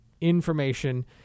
Information